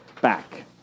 back